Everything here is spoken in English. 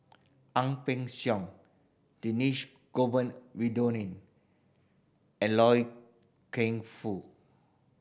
Ang Peng Siong Dhershini Govin Winodan and Loy Keng Foo